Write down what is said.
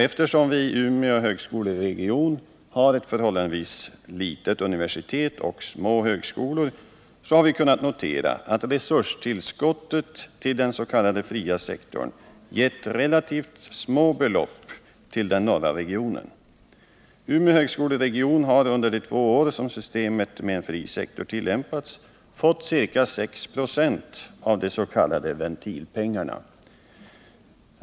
Eftersom vi inom Umeå högskoleregion har ett förhållandevis litet universitet och små högskolor, har vi kunnat notera att resurstillskottet till den s.k. fria sektorn gett relativt små belopp till den norra regionen. Umeå högskoleregion har under de två år som systemet med en fri sektor tillämpats fått ca 6 96 av des.k. ventilpengarna.